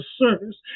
service